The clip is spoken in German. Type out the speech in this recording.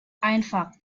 einfach